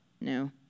no